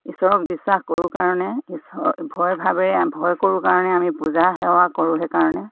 ঈশ্বৰক বিশ্বাস কৰোঁ কাৰণে ঈশ্বৰ ভয়ভাৱেৰে ভয় কৰোঁ কাৰণে আমি পূজা সেৱা কৰোঁ সেইকাৰণে